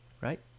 Right